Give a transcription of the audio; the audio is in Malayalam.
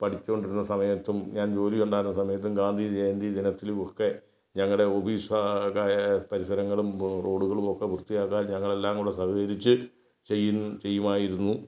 പഠിച്ചു കൊണ്ടിരുന്ന സമയത്തും ഞാൻ ജോലി ഉണ്ടായിരുന്ന സമയത്തും ഗാന്ധി ജയന്തി ദിനത്തിലൊക്കെ ഞങ്ങളുടെ ഓഫീസും പരിസരങ്ങളും റോഡുകളുമൊക്കെ വൃത്തിയാക്കാൻ ഞങ്ങളെല്ലാം കൂടി സഹകരിച്ച് ചെയ്യ് ചെയ്യുമായിരുന്നു